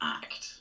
act